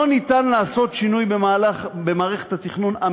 לא ניתן לעשות שינוי אמיתי במערכת התכנון,